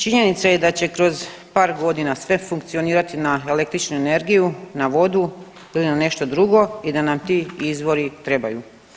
Činjenica je da će kroz par godina sve funkcionirati na električnu energiju, na vodu ili na nešto drugo i da nam ti izvori trebaju.